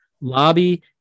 lobby